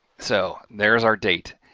so, there's our date.